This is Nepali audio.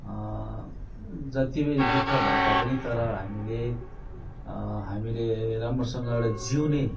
जति पनि दु ख भए तापनि तर हामीले हामीले राम्रोसँग एउटा जिउने